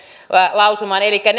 lausuman elikkä